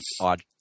Odd